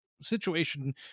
situation